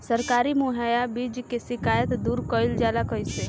सरकारी मुहैया बीज के शिकायत दूर कईल जाला कईसे?